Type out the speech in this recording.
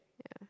yeah